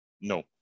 No